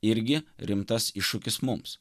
irgi rimtas iššūkis mums